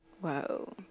whoa